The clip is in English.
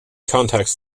contacts